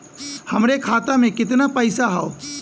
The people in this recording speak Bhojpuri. हमरे खाता में कितना पईसा हौ?